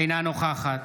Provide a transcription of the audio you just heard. אינה נוכחת